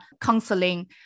counseling